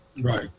Right